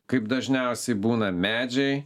kaip dažniausiai būna medžiai